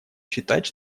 считать